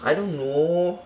I don't know